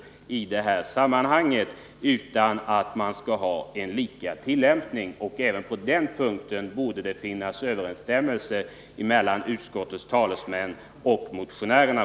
Vi måste i stället ha en likadan tillämpning oberoende av om det är fråga om export av materiel eller utbildningsinsatser. Även på denna punkt borde det finnas en överensstämmelse mellan utskottets talesmän och motionärerna.